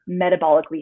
metabolically